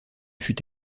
fut